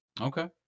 Okay